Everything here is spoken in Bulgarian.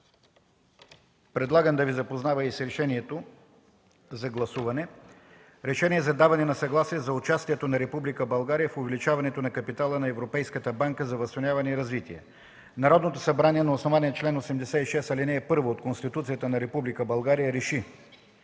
Предлагам да Ви запозная и с решението за гласуване: „РЕШЕНИЕ за даване на съгласие за участието на Република България в увеличаването на капитала на Европейската банка за възстановяване и развитие Народното събрание на основание чл. 86, ал. 1 от Конституцията на Република